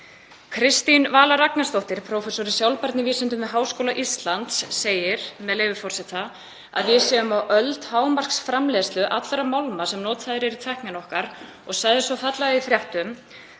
Kristín Vala Ragnarsdóttir, prófessor í sjálfbærnivísindum við Háskóla Íslands, segir að við séum á öld hámarksframleiðslu allra málma sem notaðir eru í tæknina okkar. Hún sagði svo fallega í fréttum: